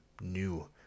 new